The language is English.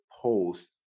post